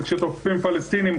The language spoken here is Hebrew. וכשתוקפים פלסטינים,